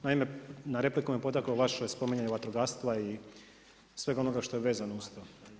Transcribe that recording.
Naime, na repliku me potaklo vaše spominjanje vatrogastva i svega onoga što je vezano uz to.